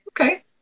Okay